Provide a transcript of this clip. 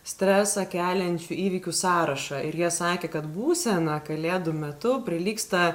stresą keliančių įvykių sąrašą ir jie sakė kad būsena kalėdų metu prilygsta